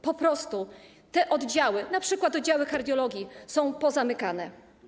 Po prostu te oddziały, np. oddziały kardiologii, są pozamykane.